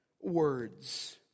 words